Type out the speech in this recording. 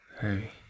Hey